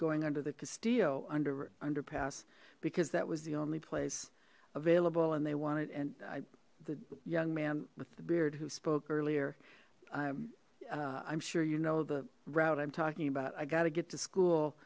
going under the castillo under underpass because that was the only place available and they wanted and i the young man with the beard who spoke earlier i'm i'm sure you know the route i'm talking about i got to get to school